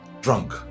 drunk